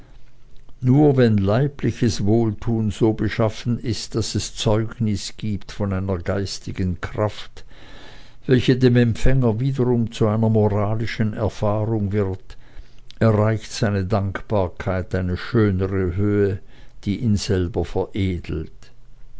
nur wenn leibliches wohltun so beschaffen ist daß es zeugnis gibt von einer geistigen kraft welche dem empfänger wiederum zu einer moralischen erfahrung wird erreicht seine dankbarkeit eine schönere höhe die ihn selber veredelt